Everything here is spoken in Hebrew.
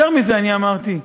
יותר מזה, אמרתי: